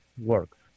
works